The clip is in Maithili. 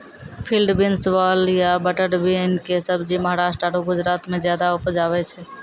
फील्ड बीन्स, वाल या बटर बीन कॅ सब्जी महाराष्ट्र आरो गुजरात मॅ ज्यादा उपजावे छै